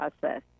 process